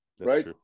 Right